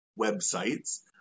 websites